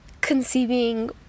conceiving